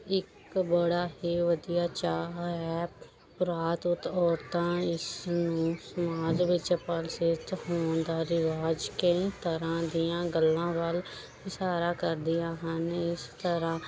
ਇੱਕ ਬੜਾ ਹੀ ਵਧੀਆ ਚਾਹ ਹੈ ਪੁਰਾਤਨ ਔਰਤਾਂ ਇਸਨੂੰ ਸਮਾਜ ਵਿੱਚ ਪ੍ਰਸਿੱਧ ਹੋਣ ਦਾ ਰਿਵਾਜ਼ ਕਈ ਤਰ੍ਹਾਂ ਦੀਆਂ ਗੱਲਾਂ ਵੱਲ ਇਸ਼ਾਰਾ ਕਰਦੀਆਂ ਹਨ ਇਸ ਤਰ੍ਹਾਂ